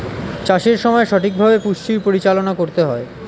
চাষের সময় সঠিকভাবে পুষ্টির পরিচালনা করতে হয়